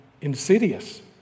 insidious